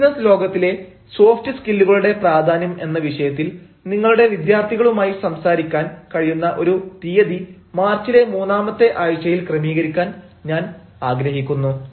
business ലോകത്തിലെ soft സ്കില്ലുകളുടെ പ്രാധാന്യം എന്ന വിഷയത്തിൽ നിങ്ങളുടെ വിദ്യാർഥികളുമായി സംസാരിക്കാൻ കഴിയുന്ന ഒരു തീയതി മാർച്ചിലെ മൂന്നാമത്തെ ആഴ്ചയിൽ ക്രമീകരിക്കാൻ ഞാൻ ആഗ്രഹിക്കുന്നു